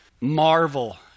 marvel